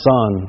Son